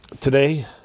Today